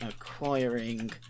acquiring